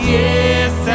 yes